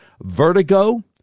vertigo